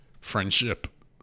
friendship